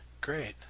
Great